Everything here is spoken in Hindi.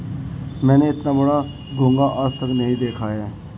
मैंने इतना बड़ा घोंघा आज तक नही देखा है